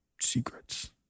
Secrets